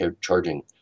charging